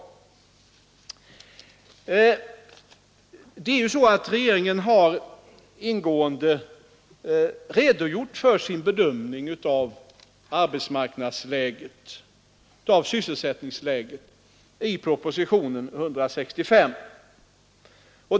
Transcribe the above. Regeringen har i proposition nr 165 ingående redogjort för sin bedömning av sysselsättningsläget.